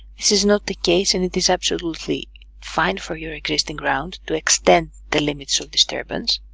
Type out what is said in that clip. this is not the case and it is absolutely fine for your existing ground to extend the limits of disturbance.